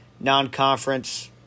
non-conference